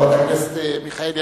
חברת הכנסת מיכאלי,